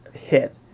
hit